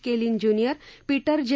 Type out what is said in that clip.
Kellyn junior Peter जे